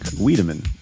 Wiedemann